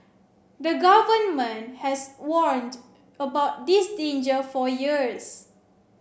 the Government has warned about this danger for years